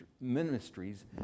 ministries